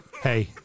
Hey